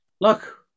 Look